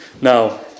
Now